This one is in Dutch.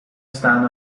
staan